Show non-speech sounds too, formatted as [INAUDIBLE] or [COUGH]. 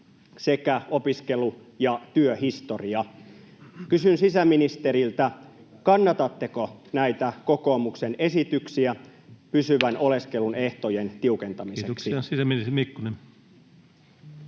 sekä opiskelu- ja työhistoria. Kysyn sisäministeriltä: kannatatteko näitä kokoomuksen esityksiä pysyvän [NOISE] oleskelun ehtojen tiukentamiseksi? Kiitoksia. — Sisäministeri Mikkonen.